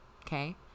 okay